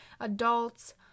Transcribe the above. adults